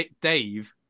Dave